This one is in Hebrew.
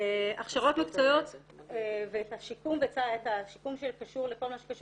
ההכשרות המקצועיות והשיקום לכל מה שקשור